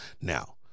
now